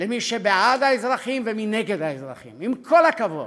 למי שבעד האזרחים ולמי שנגד האזרחים, עם כל הכבוד,